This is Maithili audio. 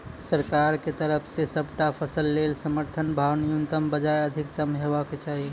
सरकारक तरफ सॅ सबटा फसलक लेल समर्थन भाव न्यूनतमक बजाय अधिकतम हेवाक चाही?